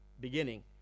beginning